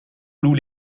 louent